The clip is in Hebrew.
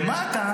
למטה,